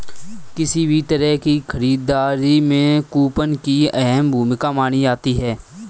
किसी भी तरह की खरीददारी में कूपन की अहम भूमिका मानी जाती है